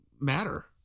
matter